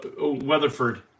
Weatherford